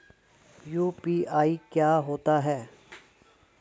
UPI क्या होता है?